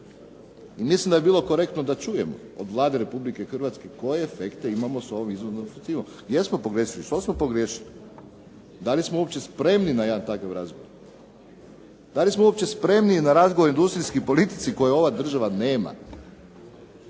I milim da bi bilo korektno da čujemo od Vlade Republike Hrvatske koje efekte imamo s ovom izvoznom inicijativom? Gdje smo pogriješili? Što smo pogriješili? Da li smo uopće spremni na jedan takav razgovor? Da li smo uopće spremni na razgovor o industrijskoj politici koja ova država nema?